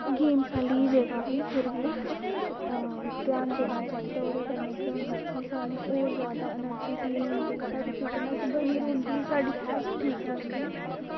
games आह्ली जगह बी तुस ध्यान देना चाहिदा एह्दे कन्नै केह् होंदा की एह् एनर्जी जादै फील होंदी ते फिटनेस रौहंदी साढ़ी हेल्थ ठीक रौहंदी